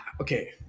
okay